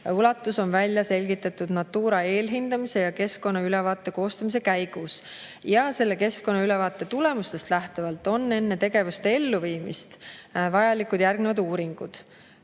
ulatus on välja selgitatud Natura eelhindamise ja keskkonnaülevaate koostamise käigus. Selle keskkonnaülevaate tulemustest lähtuvalt on enne tegevuste elluviimist vajalikud järgnevad uuringud: